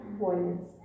violence